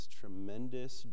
tremendous